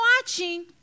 watching